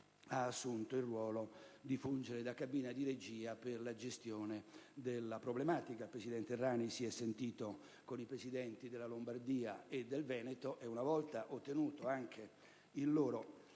ha assunto il ruolo di cabina di regia per la gestione della problematica. Il presidente Errani si è sentito con i presidenti della Lombardia e del Veneto e, una volta ottenuto anche il loro